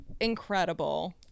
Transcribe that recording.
incredible